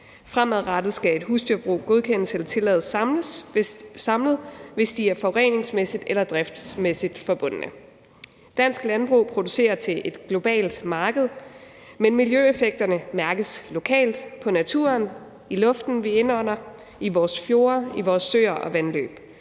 Fremadrettet skal et husdyrbrug godkendes eller tillades samlet, hvis de forureningsmæssigt eller driftsmæssigt er forbundet. Dansk landbrug producerer til et globalt marked, men miljøeffekterne mærkes lokalt på naturen, i luften, vi indånder, i vores fjorde, i vores søer og vandløb.